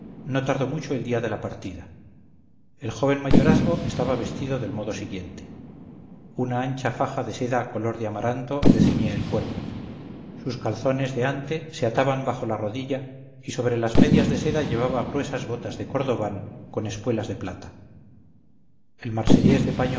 no tardó mucho el día de la partida el joven mayorazgo estaba vestido del modo siguiente una ancha faja de seda color de amaranto le ceñía el cuerpo sus calzones de ante se ataban bajo la rodilla y sobre las medias de seda llevaba gruesas botas de cordobán con espuelas de plata el